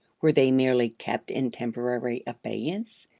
were they merely kept in temporary abeyance,